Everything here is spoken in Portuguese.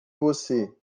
você